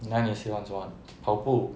then 你喜欢做跑步